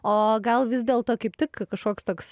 o gal vis dėlto kaip tik kažkoks toks